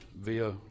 via